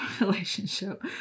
relationship